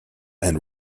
and